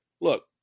look